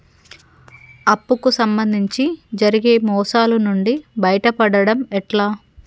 అప్పు కు సంబంధించి జరిగే మోసాలు నుండి బయటపడడం ఎట్లా?